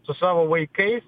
su savo vaikais